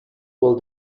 will